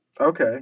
Okay